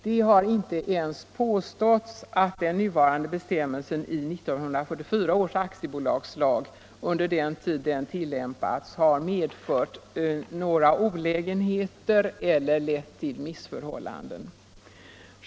Det har inte ens påståtts att den nuvarande bestämmelsen i 1944 års aktiebolagslag under den tid den tillämpats har medfört några olägenheter eller lett till missförhållanden.